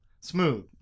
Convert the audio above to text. Smooth